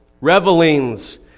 revelings